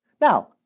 Now